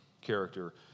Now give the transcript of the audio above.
character